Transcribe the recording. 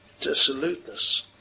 dissoluteness